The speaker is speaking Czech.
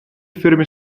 firmy